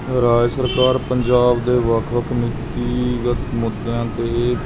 ਰਾਜ ਸਰਕਾਰ ਪੰਜਾਬ ਦੇ ਵੱਖ ਵੱਖ ਨੀਤੀਗਤ ਮੁੱਦਿਆਂ ਅਤੇ